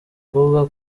kuvuga